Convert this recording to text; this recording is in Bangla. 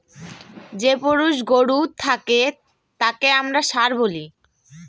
যে পুরুষ গরু থাকে তাকে আমরা ষাঁড় বলি